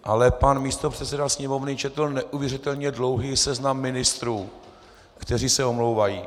Ale pan místopředseda Sněmovny četl neuvěřitelně dlouhý seznam ministrů, kteří se omlouvají.